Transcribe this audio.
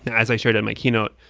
as i shared in my keynote,